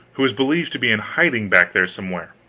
who was believed to be in hiding back there somewhere,